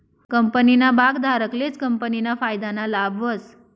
कंपनीना भागधारकलेच कंपनीना फायदाना लाभ व्हस